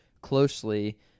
closely